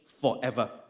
forever